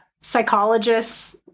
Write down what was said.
psychologists